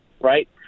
right